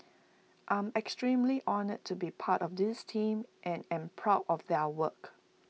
I'm extremely honoured to be part of this team and am proud of their work